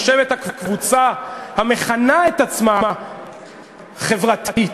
יושבת הקבוצה המכנה את עצמה חברתית.